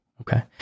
Okay